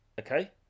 Okay